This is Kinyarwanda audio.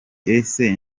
ese